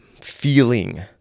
feeling